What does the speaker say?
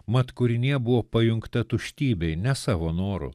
mat kūrinija buvo pajungta tuštybei ne savo noru